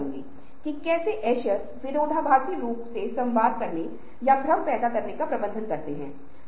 दायाँ मस्तिष्क रचनात्मकता के लिए जवाबदेह है